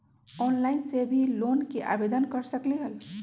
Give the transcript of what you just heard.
Online से भी loan के आवेदन कर सकलीहल?